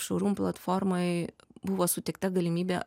show room platformoj buvo suteikta galimybė